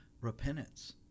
repentance